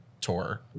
tour